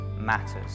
matters